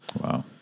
Wow